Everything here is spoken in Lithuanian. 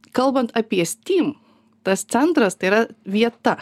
kalbant apie steam tas centras tai yra vieta